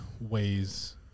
ways